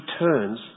returns